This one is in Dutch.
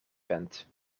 bent